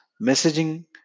messaging